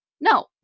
No